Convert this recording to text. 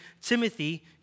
Timothy